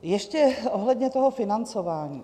Ještě ohledně toho financování.